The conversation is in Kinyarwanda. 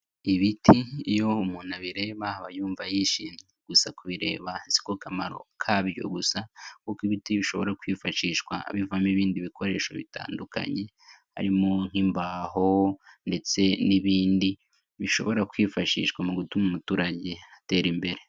Ibiti iyo umuntu abireba aba yumva gusa kubireba siko kamaro kabyo gusa kuko ibiti bishobora kwifashishwa bivamo ibindi bikoresho bitandukanye, harimo nk'imbaho ndetse n'ibindi bishobora kwifashishwa mu gutuma umuturage atera imbere.